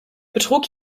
betrug